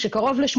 כבודו, ברשותך.